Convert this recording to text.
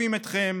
שמקיפים אתכם.